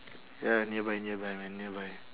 ya nearby nearby man nearby